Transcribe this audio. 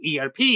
ERP